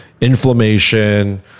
inflammation